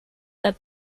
that